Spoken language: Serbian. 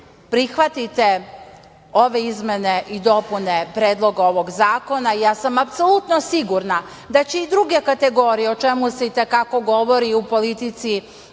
prihvatite ove izmene i dopune predloga ovog zakona, ja sam apsolutno sigurna da će i druge kategorije o čemu se i te kako govori i u politici